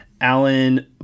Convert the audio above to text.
Alan